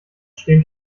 stehen